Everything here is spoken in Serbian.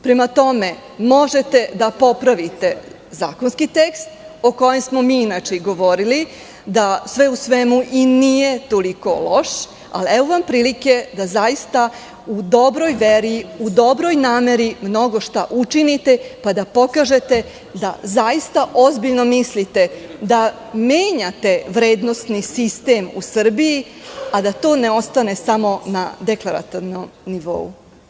Prema tome, možete da popravite zakonski tekst, o kojem smo mi inače govorili, da sve u svemu i nije toliko loš, ali evo vam prilike da zaista u dobroj nameri mnogo šta učinite, pa da pokažete da zaista ozbiljno mislite da menjate vrednosni sistem u Srbiji, a da to ne ostane samo na deklarativnom nivou.